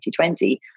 2020